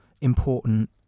important